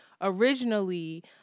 originally